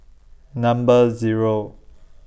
Number Zero